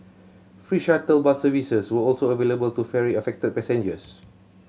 free shuttle bus services were also available to ferry affected passengers